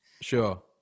sure